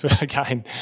again